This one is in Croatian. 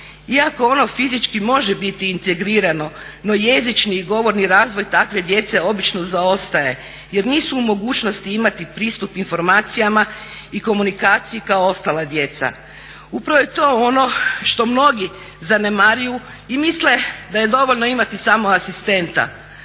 Iako ono fizički može biti integrirano no jezični i govorni razvoj takve djece obično zaostaje jer nisu u mogućnosti imati pristup informacijama i komunikaciji kao ostala djeca. Upravo je to ono što mnogi zanemaruju i misle da je dovoljno imati samo asistenta